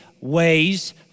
ways